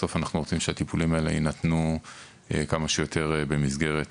בסוף אנחנו רוצים שהטיפולים האלה יינתנו כמה שיותר במסגרת